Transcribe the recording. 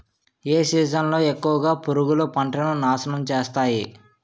ఏ season లో ఎక్కువుగా పురుగులు పంటను నాశనం చేస్తాయి?